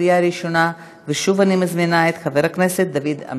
התקבלה בקריאה ראשונה ומוחזרת לוועדת הפנים